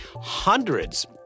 hundreds